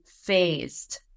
phased